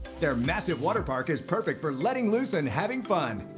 their massive waterpark is perfect for letting loose and having fun.